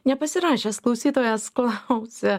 nepasirašęs klausytojas klausia